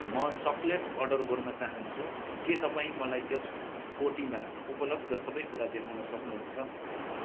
म chocolate order गर्न चहान्छु के तपाईँ मलाई त्यस कोटीमा उपलब्ध सबै कुरा देखाउन सक्नुहुन्छ